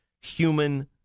human